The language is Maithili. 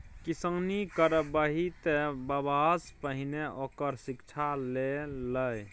किसानी करबही तँ बबासँ पहिने ओकर शिक्षा ल लए